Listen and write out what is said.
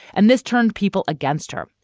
and this turned people against her.